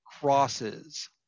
crosses